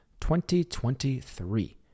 2023